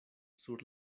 sur